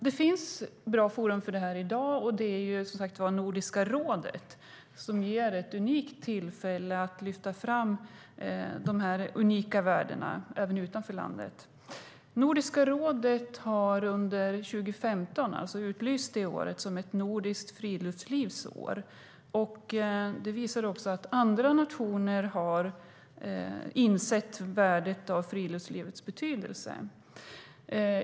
Det finns bra forum för detta i dag, och det är ju, som sagt, Nordiska rådet som ger ett unikt tillfälle att lyfta fram dessa unika värden även utanför landet. Nordiska rådet har utlyst 2015 som ett nordiskt friluftslivsår. Det visar också att andra nationer har insett friluftslivets betydelse.